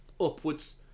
upwards